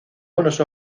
buenos